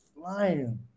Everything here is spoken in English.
flying